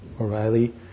O'Reilly